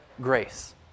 grace